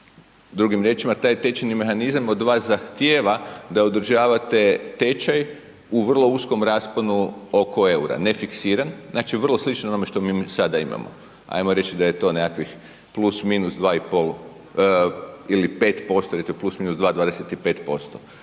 Drugim riječima taj tečajni mehanizam od vas zahtijeva da održavate tečaj u vrlo uskom rasponu oko EUR-a, nefiksiran, znači vrlo slično onome što mi sada imamo, ajmo reći da je to nekakvih plus/minus 2,5 ili 5% recimo plus/minus 2 25%.